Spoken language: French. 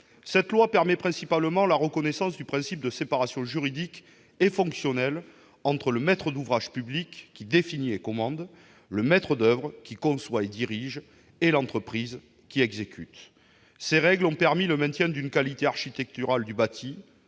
Cette loi permet principalement la reconnaissance du principe de séparation juridique et fonctionnelle entre le maître d'ouvrage public, qui définit et commande, le maître d'oeuvre, qui conçoit et dirige, et l'entreprise qui exécute. Ces règles ont permis de maintenir la qualité architecturale du bâti,